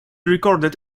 recorded